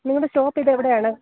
നിങ്ങളുടെ ഷോപ്പ് ഇത് എവിടെയാണ്